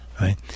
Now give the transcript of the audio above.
right